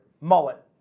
mullet